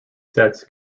sets